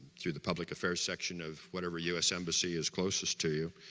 through the public affairs section of whatever us embassy is closest to you,